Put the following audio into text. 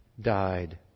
died